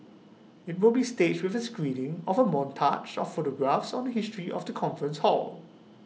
IT will be staged with A screening of A montage of photographs on the history of the conference hall